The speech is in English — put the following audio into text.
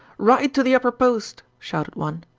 ride to the upper post shouted one.